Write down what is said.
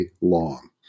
long